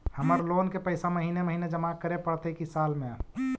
हमर लोन के पैसा महिने महिने जमा करे पड़तै कि साल में?